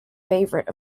favorite